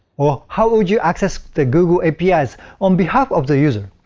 or how would you access the google apis on behalf of the user?